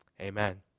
amen